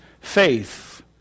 faith